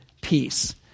peace